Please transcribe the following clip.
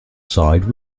side